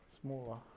smaller